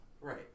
Right